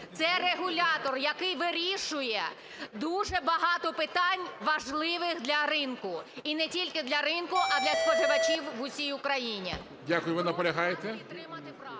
Це регулятор, який вирішує дуже багато питань важливих для ринку і не тільки для ринку, а для споживачів в усій Україні. Прошу підтримати